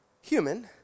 human